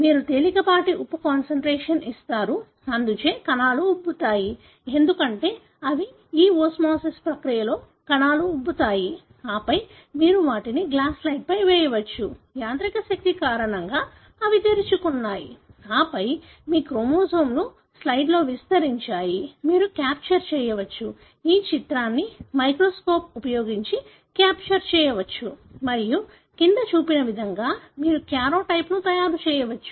మీరు తేలికపాటి ఉప్పు కాన్సంట్రేషన్ ఇస్తారు అందుచే కణాలు ఉబ్బుతాయి ఎందుకంటే అవి ఈ ఓస్మోసిస్ ప్రక్రియలో కణాలు ఉబ్బుతాయి ఆపై మీరు వాటిని గ్లాస్ స్లైడ్పై వేయవచ్చు యాంత్రిక శక్తి కారణంగా అవి తెరుచుకున్నాయి ఆపై మీ క్రోమోజోమ్లు స్లయిడ్లో విస్తరించాయి మీరు క్యాప్చర్ చేయవచ్చు ఈ చిత్రాన్ని మైక్రోస్కోప్ ఉపయోగించి క్యాప్చర్ చేయవచ్చు మరియు క్రింద చూపిన విధంగా మీరు కార్యోటైప్ను తయారు చేయవచ్చు